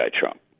Trump